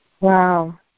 Wow